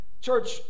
church